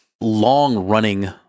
long-running